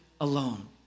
alone